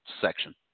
section